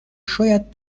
شاید